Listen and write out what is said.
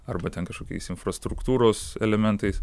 arba ten kažkokiais infrastruktūros elementais